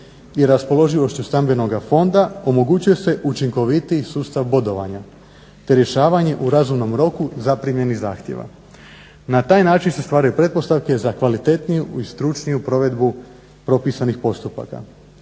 i raspoloživošću stambenoga fonda omogućuje se učinkovitiji sustav bodovanja, te rješavanje u razumnom roku zaprimljenih zahtjeva. Na taj način se stvaraju pretpostavke za kvalitetniju i stručniju provedbu propisanih postupaka.